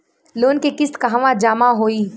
Loan के किस्त कहवा जामा होयी?